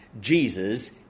Jesus